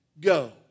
go